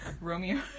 romeo